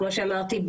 כמו שאמרתי,